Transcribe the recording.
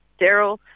daryl